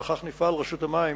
וכך תפעל רשות המים